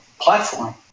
platform